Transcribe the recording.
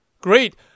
Great